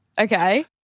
Okay